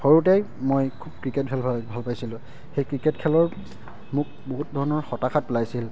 সৰুতেই মই খুব ক্ৰিকেট খেল ভাল পাইছিলোঁ সেই ক্ৰিকেট খেলৰ মোক বহুত ধৰণৰ হতাশাত পেলাইছিল